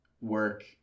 work